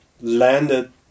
landed